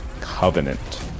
covenant